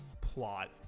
plot